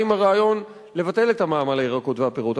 ברעיון לבטל את המע"מ על הירקות והפירות.